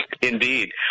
indeed